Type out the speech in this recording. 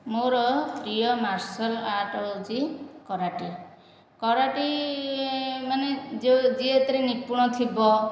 ମୋର ପ୍ରିୟ martial art ହେଉଛି କରାଟେ କରାଟେ ମାନେ ଯିଏ ଯେଉଁ ଏଥିରେ ନିପୁଣ ଥିବ